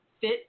fit